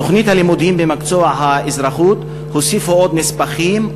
בתוכנית הלימודים במקצוע האזרחות הוסיפו עוד נספחים,